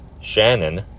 Shannon